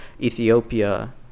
ethiopia